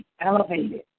Elevated